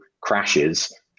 crashes